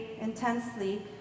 intensely